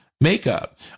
makeup